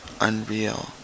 unreal